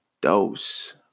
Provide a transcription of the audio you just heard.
dose